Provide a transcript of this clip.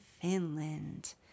Finland